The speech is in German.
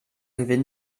gewinnen